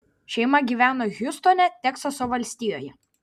šeima gyveno hjustone teksaso valstijoje